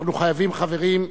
אחריה,